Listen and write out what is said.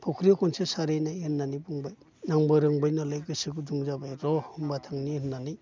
फुख्रियाव खनसे सारहैनाय होननानै बुंबाय आंबो रोंबाय नालाय गोसो गुदुं जाबाय र' होमबा थांनि होननानै